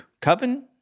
coven